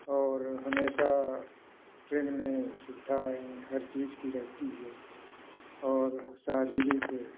और हमेशा ट्रेन में सुविधाएँ हर चीज की रहती है और शारीरिक